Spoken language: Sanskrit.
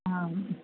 आम्